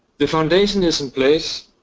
the foundation is in place,